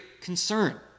concern